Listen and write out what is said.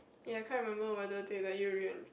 ya I can't remember whether they let you reen~